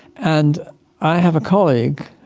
and i have a colleague,